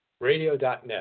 Radio.net